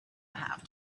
have